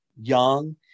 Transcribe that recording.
young